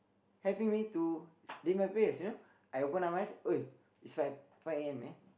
helping me to do my prayers you know I open my eyes eh it's like five A_M man